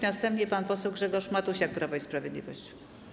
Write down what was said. Następnie pan poseł Grzegorz Matusiak, Prawo i Sprawiedliwość.